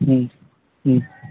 हुँ हुँ